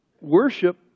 Worship